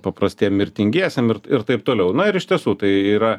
paprastiem mirtingiesiem ir ir taip toliau na ir iš tiesų tai yra